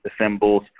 assembles